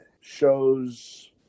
shows